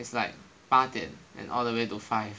it's like 八点 and all the way to five